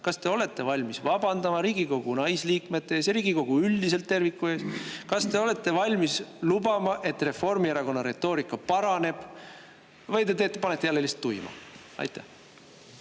te olete valmis vabandama Riigikogu naisliikmete ees, Riigikogu üldiselt terviku ees? Kas te olete valmis lubama, et Reformierakonna retoorika paraneb või te teete, panete jälle lihtsalt tuima? Aitäh!